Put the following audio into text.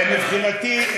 מבחינתי,